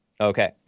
Okay